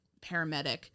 paramedic